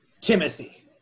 Timothy